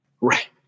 Right